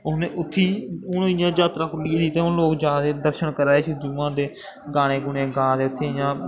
हून उत्थीं हून इ'यां जात्तरा खुल्ली गेदी ते हून लोक जा दे दर्शन करा दे शिवजी भगवान दे गाने गूने गा दे उत्थें इ'यां